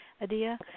Adia